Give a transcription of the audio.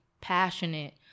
passionate